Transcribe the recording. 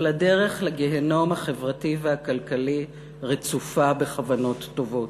אבל הדרך לגיהינום החברתי והכלכלי רצופה בכוונות טובות.